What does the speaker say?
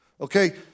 Okay